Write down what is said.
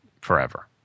forever